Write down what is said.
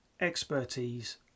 expertise